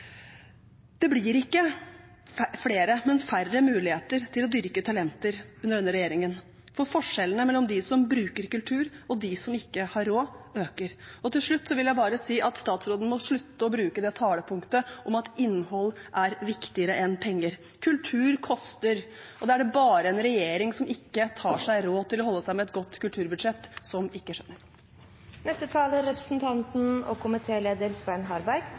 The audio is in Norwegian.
Det blir ikke flere, men færre, muligheter til å dyrke talenter under denne regjeringen, for forskjellene mellom dem som bruker kultur, og dem som ikke har råd, øker. Til slutt vil jeg bare si at statsråden må slutte å bruke det talepunktet om at innhold er viktigere enn penger. Kultur koster, og det er det bare en regjering som ikke tar seg råd til å holde seg med et godt kulturbudsjett, som ikke skjønner. Jeg må si at denne budsjettdebatten har vært relativt forutsigbar, og